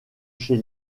chez